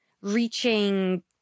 reaching